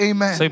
Amen